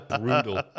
Brutal